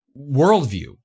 worldview